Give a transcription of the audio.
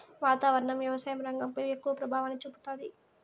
వాతావరణం వ్యవసాయ రంగంపై ఎక్కువ ప్రభావాన్ని చూపుతాది